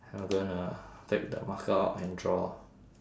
I'm gonna take the marker out and draw